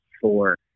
four